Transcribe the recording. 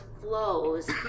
flows